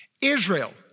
Israel